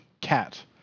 cat